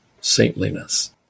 saintliness